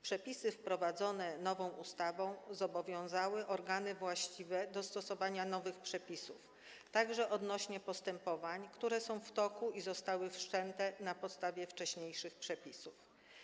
Przepisy wprowadzone nową ustawą zobowiązały organy właściwe do stosowania nowych przepisów także odnośnie do postępowań, które są w toku i zostały wszczęte na podstawie wcześniejszych przepisów.